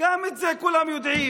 גם את זה כולם יודעים.